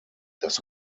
das